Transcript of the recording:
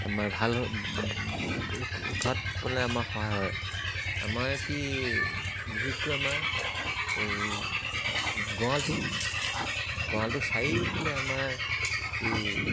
আমাৰ ভাল উঠোৱাত পেলাই আমাৰ সহায় আমাৰ কি বিশেষকৈ আমাৰ এই গড়ালটো গড়ালটো চাৰিওফালে আমাৰ এই